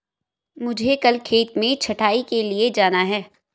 मुझे कल खेत में छटाई के लिए जाना है